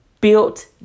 built